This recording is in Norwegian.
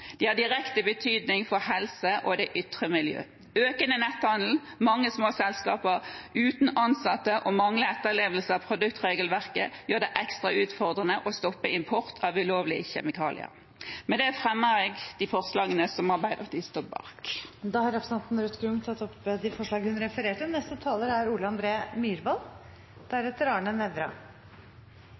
De har direkte betydning for helse og det ytre miljøet. Økende netthandel, mange små selskaper uten ansatte og manglende etterlevelse av produktregelverket gjør det ekstra utfordrende å stoppe import av ulovlige kjemikalier. Med det tar jeg opp de forslagene som Arbeiderpartiet har fremmet sammen med SV og Miljøpartiet De Grønne. Representanten Ruth Grung har tatt opp de forslagene hun refererte til. Miljøkriminalitet er